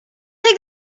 take